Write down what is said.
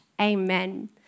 Amen